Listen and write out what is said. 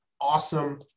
awesome